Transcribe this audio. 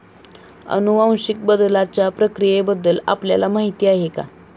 अनुवांशिक बदलाच्या प्रक्रियेबद्दल आपल्याला माहिती आहे का?